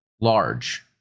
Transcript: large